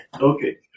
Okay